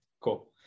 cool